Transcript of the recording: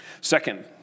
Second